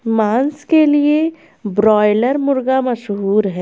मांस के लिए ब्रायलर मुर्गा मशहूर है